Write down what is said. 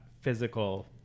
physical